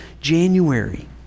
January